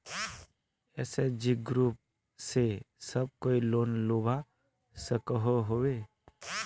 SHG group से सब कोई लोन लुबा सकोहो होबे?